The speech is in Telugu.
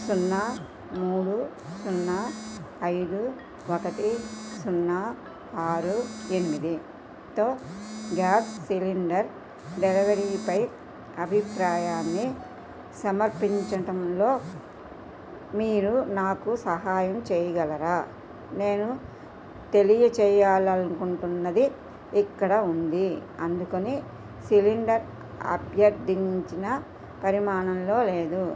సున్నా మూడు సున్నా ఐదు ఒకటి సున్నా ఆరు ఎనిమిదితో గ్యాస్ సిలిండర్ డెలివరీపై అభిప్రాయాన్ని సమర్పించటంలో మీరు నాకు సహాయం చేయగలరా నేను తెలియజేయాలనుకుంటున్నది ఇక్కడ ఉంది అందుకని సిలిండర్ అభ్యర్థించిన పరిమాణంలో లేదు